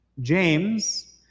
James